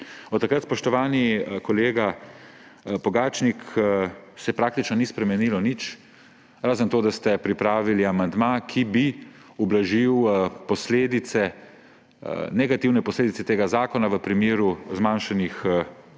Od takrat, spoštovani kolega Pogačnik, se praktično ni spremenilo nič; razen to, da ste pripravili amandma, ki bi ublažil negativne posledice tega zakona v primeru zmanjšanih